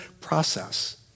process